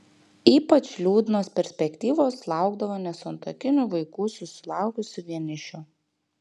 ypač liūdnos perspektyvos laukdavo nesantuokinių vaikų susilaukusių vienišių